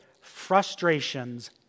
frustrations